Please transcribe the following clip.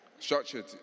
Structured